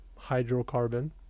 hydrocarbon